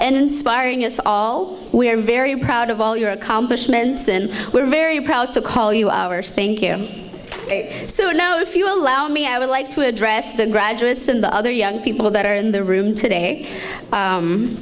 and inspiring us all we are very proud of all your accomplishments and we're very proud to call you ours thank you so now if you allow me i would like to address the graduates and the other young people that are in the room today